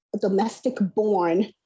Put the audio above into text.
domestic-born